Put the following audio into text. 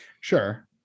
sure